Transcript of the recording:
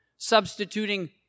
Substituting